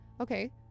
okay